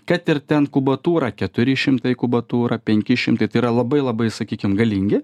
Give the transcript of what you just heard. kad ir ten kubatūra keturi šimtai kubatūra penki šimtai tai yra labai labai sakykim galingi